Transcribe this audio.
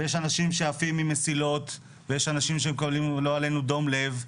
יש אנשים שעפים ממסילות ויש אנשים שמקבלים לא עלינו דום לב,